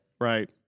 right